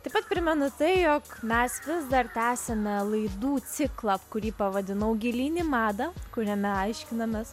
taip pat primena tai jog mes vis dar tęsiame laidų ciklą kurį pavadinau gilyn į madą kuriame aiškinamas